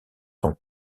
son